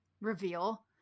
reveal